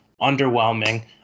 underwhelming